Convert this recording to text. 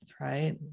right